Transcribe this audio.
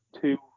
two